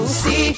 see